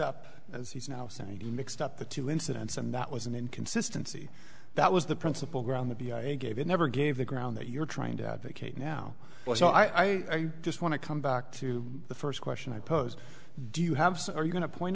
up as he's now saying he mixed up the two incidents and that was an inconsistency that was the principal ground the b i gave you never gave the ground that you're trying to advocate now so i just want to come back to the first question i posed do you have so are you going to point